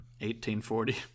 1840